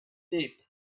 taped